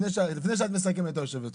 לפני שאת מסכמת, יושבת הראש.